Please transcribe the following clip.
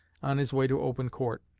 on his way to open court.